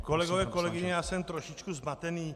Kolegové, kolegyně, já jsem trošičku zmatený.